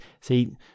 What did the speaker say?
see